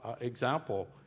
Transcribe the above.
example